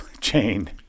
chain